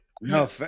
no